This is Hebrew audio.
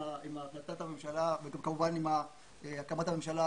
עם החלטת הממשלה וכמובן עם הקמת הממשלה,